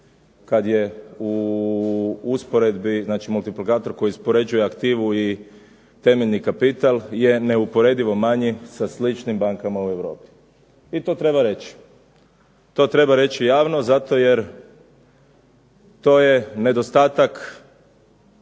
kad je u usporedbi, znači multiplikator koji uspoređuje aktivu i temeljni kapital je neusporedivo manjim sa sličnim bankama u Europi, i to treba reći. To treba reći javno zato jer to je nedostatak